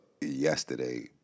yesterday